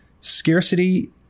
Scarcity